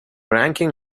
ranking